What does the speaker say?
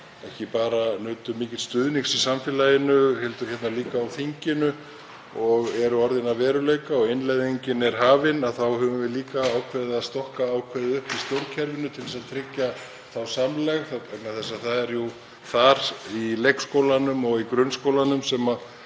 ekki bara mikils stuðnings í samfélaginu heldur líka á þinginu og þau eru orðin að veruleika og innleiðingin er hafin. Við höfum líka ákveðið að stokka upp í stjórnkerfinu til að tryggja þá samlegð vegna þess að það er jú í leikskólanum og í grunnskólanum sem